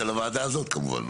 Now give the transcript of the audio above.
של הוועדה הזאת כמובן.